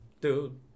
dude